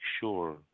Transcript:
sure